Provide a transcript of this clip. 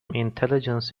intelligence